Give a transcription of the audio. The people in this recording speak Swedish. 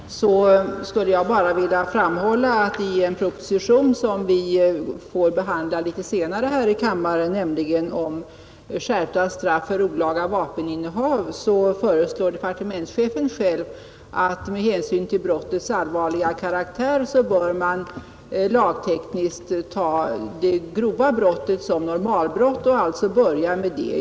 Herr talman! När fröken Mattson talar om logiken i uppbyggnaden av lagen skulle jag bara vilja framhålla att departementschefen i en proposition, som vi kommer att behandla litet senare här i kammaren och som gäller skärpta straff för olaga vapeninnehav, föreslår att man, med hänsyn till brottets allvarliga karaktär, lagtekniskt skall ta de grova brotten som normalbrott och alltså börja med dem.